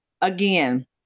Again